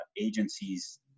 agencies